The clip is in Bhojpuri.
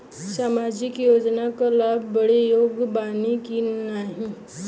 सामाजिक योजना क लाभ बदे योग्य बानी की नाही?